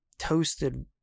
toasted